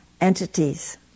entities